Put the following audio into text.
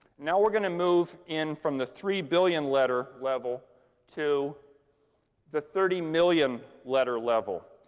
now, we're going to move in from the three billion letter level to the thirty million letter level.